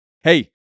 Hey